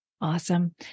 Awesome